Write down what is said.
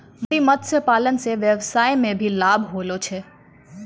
मोती मत्स्य पालन से वेवसाय मे भी लाभ होलो छै